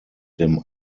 dem